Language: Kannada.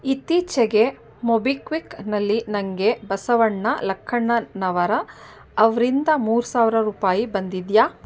ಇತ್ತೀಚೆಗೆ ಮೊಬಿಕ್ವಿಕ್ನಲ್ಲಿ ನನಗೆ ಬಸವಣ್ಣ ಲಕ್ಕಣ್ಣನವರ ಅವರಿಂದ ಮೂರು ಸಾವಿರ ರೂಪಾಯಿ ಬಂದಿದೆಯಾ